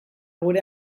gure